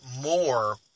more